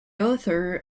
author